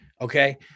Okay